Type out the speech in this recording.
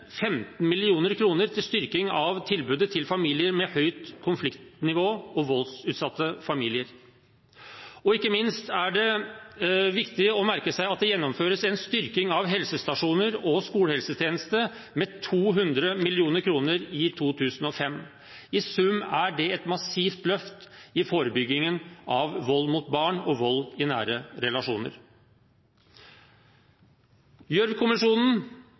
15 mill. kr til styrking av tilbudet til familier med høyt konfliktnivå og til voldsutsatte familier – ikke minst er det viktig å merke seg at det gjennomføres en styrking av helsestasjonene og skolehelsetjenesten med 200 mill. kr i 2015. I sum er det et massivt løft i forebyggingen av vold mot barn og vold i nære relasjoner.